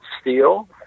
steel